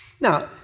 now